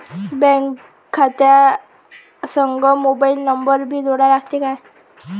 Bank खात्या संग mobile number भी जोडा लागते काय?